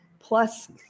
Plus